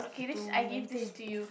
okay this I give this to you